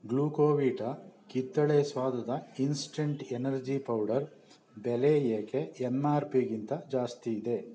ಗ್ಲೂಕೊವೀಟಾ ಕಿತ್ತಳೆ ಸ್ವಾದದ instant energy powder ಬೆಲೆ ಏಕೆ ಎಂ ಆರ್ ಪಿಗಿಂತ ಜಾಸ್ತಿ ಇದೆ